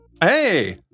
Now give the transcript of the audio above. Hey